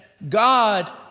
God